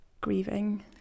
grieving